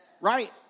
right